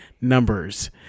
numbers